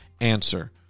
answer